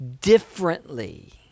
differently